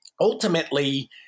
ultimately